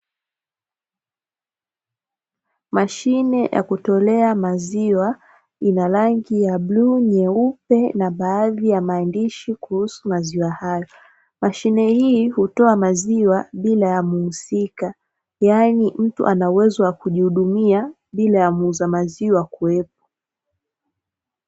Mashine ya kutolea maziwa ina rangi ya bluu, nyeupe na baadhi ya maandishi kuhusu maziwa hayo, mashine hii hutoa maziwa bila ya muhusika, yaani mtu anaweza kujihudumia bila ya muuza maziwa kuwepo.